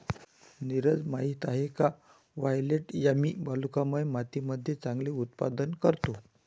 नीरज माहित आहे का वायलेट यामी वालुकामय मातीमध्ये चांगले उत्पादन करतो?